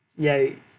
ya it is